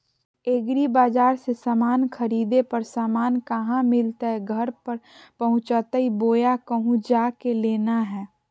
एग्रीबाजार से समान खरीदे पर समान कहा मिलतैय घर पर पहुँचतई बोया कहु जा के लेना है?